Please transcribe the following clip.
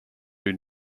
who